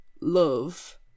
love